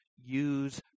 use